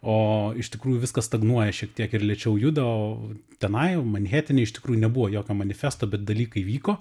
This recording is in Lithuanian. o iš tikrųjų viskas stagnuoja šiek tiek ir lėčiau juda o tenai manhetene iš tikrųjų nebuvo jokio manifesto bet dalykai vyko